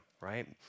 right